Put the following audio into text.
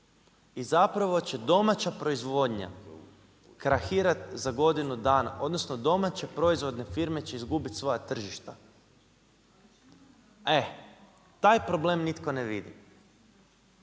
i zapravo će domaća proizvodnja krahirati za godinu dana, odnosno domaće proizvodne firme će izgubiti svoje tržišta. E, taj problem nitko ne vidi.